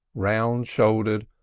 round-shouldered,